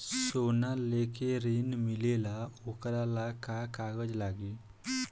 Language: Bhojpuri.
सोना लेके ऋण मिलेला वोकरा ला का कागज लागी?